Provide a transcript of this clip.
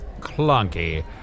Clunky